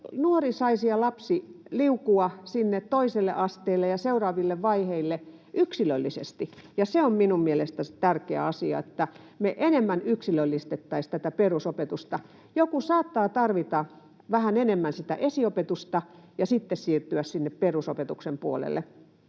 nuori ja lapsi saisi liukua toiselle asteelle ja seuraaville vaiheille yksilöllisesti? Se olisi minun mielestäni tärkeä asia, että me enemmän yksilöllistettäisiin tätä perusopetusta. Joku saattaa tarvita vähän enemmän esiopetusta ja sitten siirtyä perusopetuksen puolelle,